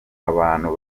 abantu